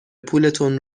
پولتون